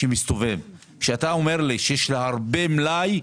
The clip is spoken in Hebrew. כשאתה אומר לי שיש הרבה במלאי,